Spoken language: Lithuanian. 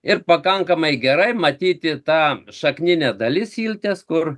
ir pakankamai gerai matyti tą šakninė dalis ilties kur